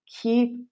keep